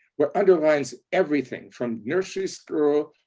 what underlines everything from nursery school,